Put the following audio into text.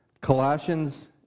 Colossians